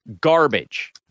garbage